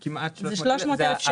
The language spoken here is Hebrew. זה כמעט 300,000. זה 300,000 שקל.